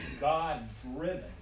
God-driven